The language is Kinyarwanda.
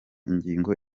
ingingo